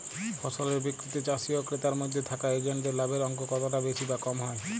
ফসলের বিক্রিতে চাষী ও ক্রেতার মধ্যে থাকা এজেন্টদের লাভের অঙ্ক কতটা বেশি বা কম হয়?